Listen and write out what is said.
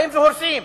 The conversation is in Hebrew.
באים והורסים.